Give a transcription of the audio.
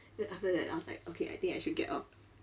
then after that I was like okay I think I should get off